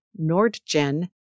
Nordgen